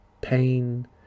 pain